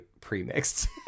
pre-mixed